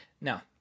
Now